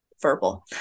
verbal